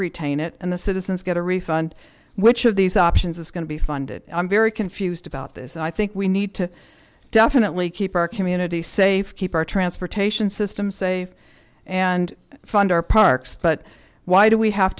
not tane it and the citizens get a refund which of these options is going to be funded i'm very confused about this and i think we need to definitely keep our community safe keep our transportation system safe and fund our parks but why do we have